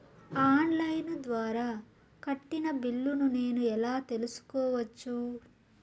On line ద్వారా కట్టిన బిల్లును నేను ఎలా తెలుసుకోవచ్చు?